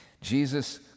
Jesus